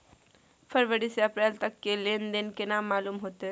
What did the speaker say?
फरवरी से अप्रैल तक के लेन देन केना मालूम होते?